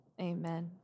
amen